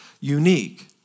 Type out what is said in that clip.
unique